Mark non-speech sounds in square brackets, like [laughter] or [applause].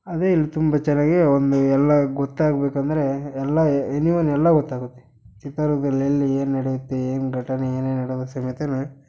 ಅದೇ ಇಲ್ಲಿ ತುಂಬ ಚೆನ್ನಾಗಿ ಒಂದು ಎಲ್ಲ ಗೊತ್ತಾಗಬೇಕಂದ್ರೆ ಎಲ್ಲ ಎನಿ ಒನ್ ಎಲ್ಲ ಗೊತ್ತಾಗುತ್ತೆ ಚಿತ್ರದುರ್ಗ್ದಲ್ಲಿ ಎಲ್ಲಿ ಏನು ನಡೆಯುತ್ತೆ ಏನು ಘಟನೆ ಏನೇ ನಡೆದರೂ [unintelligible]